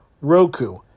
Roku